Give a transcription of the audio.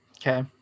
Okay